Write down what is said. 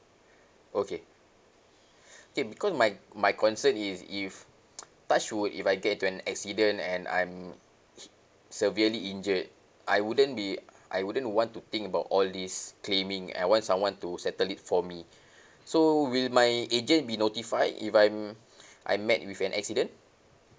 okay okay because my my concern is if touchwood if I get to an accident and I'm severely injured I wouldn't be I wouldn't want to think about all these claiming I want someone to settle it for me so will my agent be notified if I'm I'm met with an accident